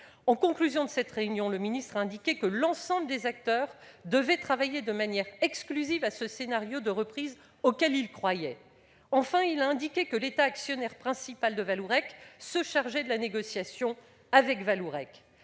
En conclusion de cette réunion, le ministre a indiqué que l'ensemble des acteurs devait travailler de manière exclusive à ce scénario de reprise auquel il croyait. Enfin, il a indiqué que l'État se chargeait de la négociation avec Vallourec,